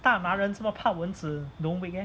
大男人这么怕蚊子 don't weak leh